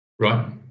Right